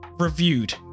reviewed